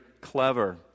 clever